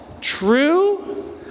true